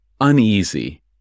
uneasy